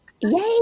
Yay